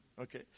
Okay